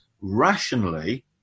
rationally